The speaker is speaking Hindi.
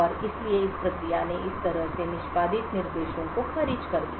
और इसलिए इस प्रक्रिया ने इस तरह से निष्पादित निर्देशों को खारिज कर दिया